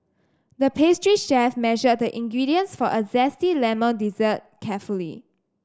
the pastry chef measured the ingredients for a zesty lemon dessert carefully